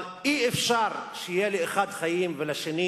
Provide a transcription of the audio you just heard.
אבל אי-אפשר שלאחד יהיו חיים ולשני